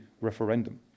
referendum